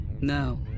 No